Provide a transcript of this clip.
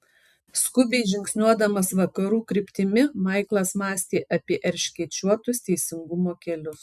skubiai žingsniuodamas vakarų kryptimi maiklas mąstė apie erškėčiuotus teisingumo kelius